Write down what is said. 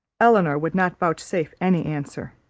elinor would not vouchsafe any answer.